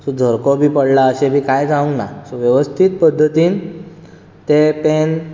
so झरको बी पडला अशें कांयच जावंक ना सो वेवस्थीत पद्दतीन तें पॅन